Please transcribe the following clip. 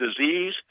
disease